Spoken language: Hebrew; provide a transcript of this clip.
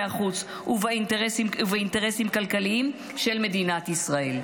חוץ ובאינטרסים כלכליים של מדינת ישראל".